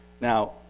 Now